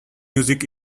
music